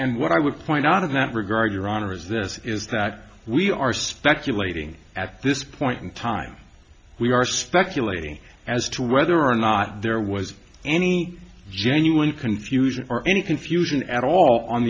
and what i would point out of that regard your honor is this is that we are speculating at this point in time we are speculating as to whether or not there was any genuine confusion or any confusion at all on